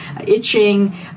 itching